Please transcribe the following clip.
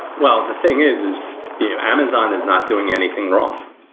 well, the thing is, is amazon is not doing anything wrong,